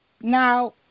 Now